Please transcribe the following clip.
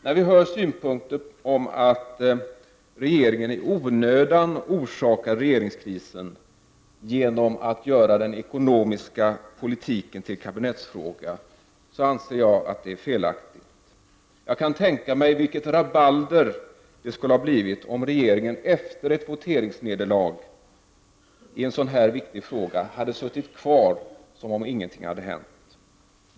När vi får höra synpunkter om att regeringen i onödan orsakade regeringskrisen genom att göra den ekonomiska politiken till kabinettsfråga anser jag att de är felaktiga. Jag kan tänka mig vilket rabalder det skulle ha blivit om regeringen efter ett voteringsnederlag i en så viktig fråga hade suttit kvar som om ingenting hade hänt.